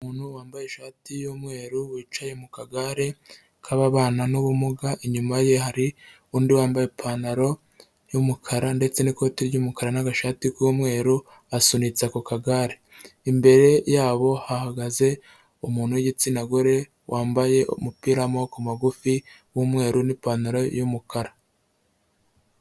Umuntu wambaye ishati y'umweru wicaye mu kagare k'ababana n'ubumuga inyuma ye hari undi wambaye ipantaro y'umukara ndetse n'ikoti ry'umukara n'agashati k'umweru asunika ako kagare, imbere yabo hahagaze umuntu w'igitsina gore wambaye umupira w'amaboko magufi w'umweru n'ipantaro y'umukara.